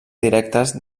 directes